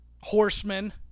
horsemen